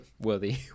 worthy